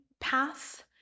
path